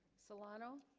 solano